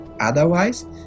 Otherwise